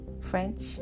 French